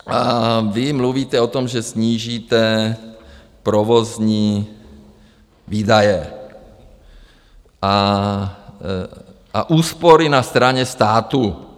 A vy mluvíte o tom, že snížíte provozní výdaje a úspory na straně státu.